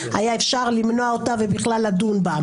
היה אפשר למנוע את זה ובכלל לדון בה.